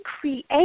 create